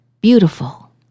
Beautiful